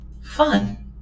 Fun